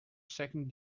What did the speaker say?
second